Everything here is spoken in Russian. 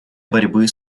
борьбы